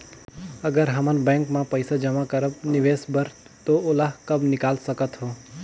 अगर हमन बैंक म पइसा जमा करब निवेश बर तो ओला कब निकाल सकत हो?